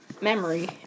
memory